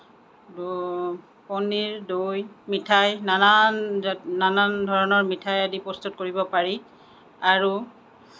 পনীৰ দৈ মিঠাই নানান নানান ধৰণৰ মিঠাই আদি প্ৰস্তুত কৰিব পাৰি আৰু